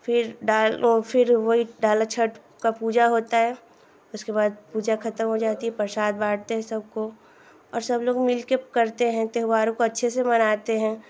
फिर डाल वह फिर वही डाला छठ की पूजा होती है उसके बाद पूजा खत्म हो जाती है प्रसाद बाँटते हैं सबको और सबलोग मिलकर करते है त्योहार को अच्छे से मनाते हैं